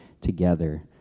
together